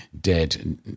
dead